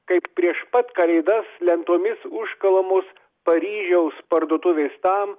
kaip prieš pat kalėdas lentomis užkalamos paryžiaus parduotuvės tam